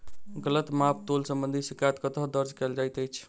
गलत माप तोल संबंधी शिकायत कतह दर्ज कैल जाइत अछि?